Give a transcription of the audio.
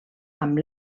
amb